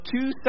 two